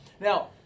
Now